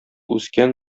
үскән